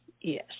yes